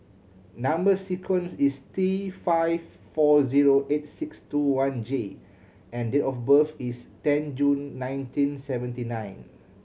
number sequence is T five four zero eight six two one J and date of birth is ten June nineteen seventy nine